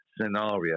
scenario